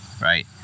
right